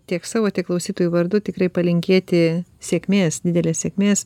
tiek savo tiek klausytojų vardu tikrai palinkėti sėkmės didelės sėkmės